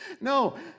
No